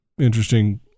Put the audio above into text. interesting